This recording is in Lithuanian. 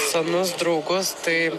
senus draugus tai